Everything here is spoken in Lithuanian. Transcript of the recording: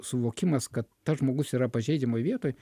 suvokimas kad tas žmogus yra pažeidžiamoj vietoj